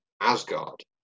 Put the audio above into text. Asgard